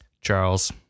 Charles